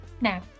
now